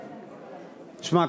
שמע,